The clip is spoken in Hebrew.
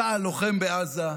צה"ל לוחם בעזה,